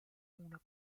una